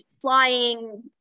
flying